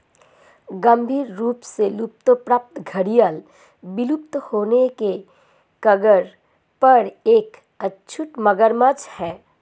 गंभीर रूप से लुप्तप्राय घड़ियाल विलुप्त होने के कगार पर एक अचूक मगरमच्छ है